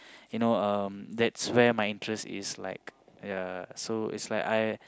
you know um that's where my interest is like ya so it's like I